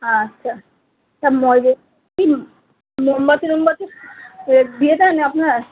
আচ্ছা তা মোমবাতি টোমবাতি দিয়ে দেন আপনারা